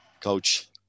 Coach